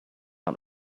out